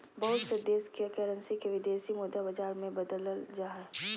बहुत से देश के करेंसी के विदेशी मुद्रा बाजार मे बदलल जा हय